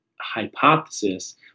hypothesis